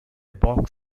box